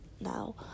now